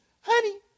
honey